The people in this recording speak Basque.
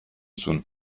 zuen